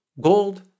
Gold